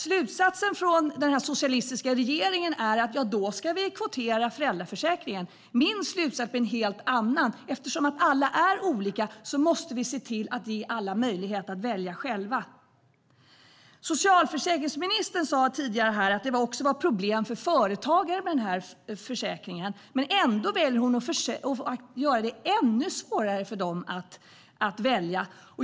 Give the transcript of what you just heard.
Slutsatsen från den här socialistiska regeringen är att vi då ska kvotera föräldraförsäkringen. Min slutsats är en helt annan: Eftersom alla är olika måste vi se till att ge alla möjlighet att välja själva. Socialförsäkringsministern sa tidigare att det också var problem för företagare med den här försäkringen. Men ändå väljer hon att göra det ännu svårare för dem att välja.